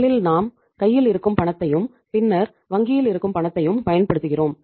முதலில் நாம் கையில் இருக்கும் பணத்தையும் பின்னர் வங்கியில் இருக்கும் பணத்தையும் பயன்படுத்துகிறோம்